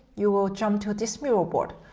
you will jump to this mural board.